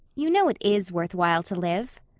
you know it is worthwhile to live.